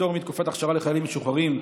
פטור מתקופת אכשרה לחיילים משוחררים),